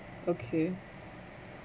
okay